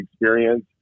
experience